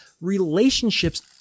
Relationships